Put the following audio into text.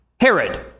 Herod